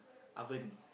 oven